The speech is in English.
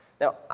Now